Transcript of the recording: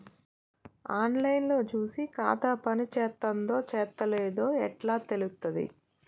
On line లో చూసి ఖాతా పనిచేత్తందో చేత్తలేదో ఎట్లా తెలుత్తది?